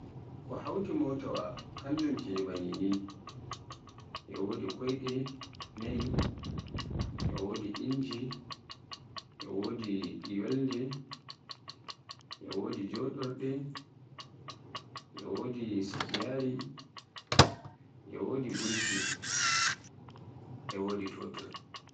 Ko hawti motawa kanjum ke ba nini e wodi koyɗe, e wodi inji, e wodi yolnde, e wodi joɗorɗe, e wodi sikiyari e wodi ɓuri, e wodi totur.